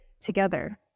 together